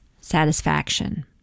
satisfaction